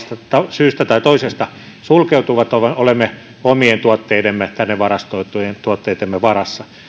syystä tai toisesta sulkeutuvat olemme omien tuotteidemme tänne varastoitujen tuotteittemme varassa olisin